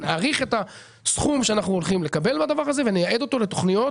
נעריך את הסכום שאנחנו הולכים בדבר הזה ונייעד אותו לתוכניות